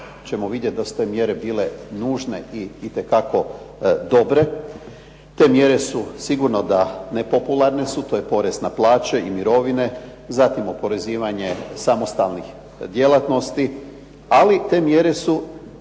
ćemo vidjeti da su te mjere bile nužne i itekako dobre. Te mjere su sigurno da nepopularne su, to je porez na plaće i mirovine, zatim oporezivanje samostalnih djelatnosti, ai te mjere su